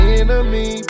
enemy